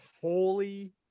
holy